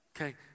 Okay